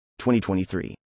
2023